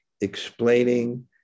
explaining